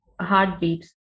heartbeats